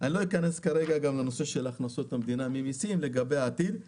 אני לא אכנס כרגע גם לנושא הכנסות המדינה ממיסים בעתיד.